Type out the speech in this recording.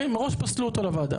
מראש פסלו אותו לוועדה,